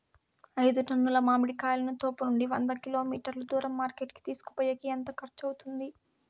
ఐదు టన్నుల మామిడి కాయలను తోపునుండి వంద కిలోమీటర్లు దూరం మార్కెట్ కి తీసుకొనిపోయేకి ఎంత ఖర్చు అవుతుంది?